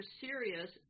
serious